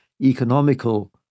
Economical